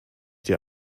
dir